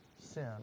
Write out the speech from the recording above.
sin